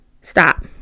stop